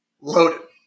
loaded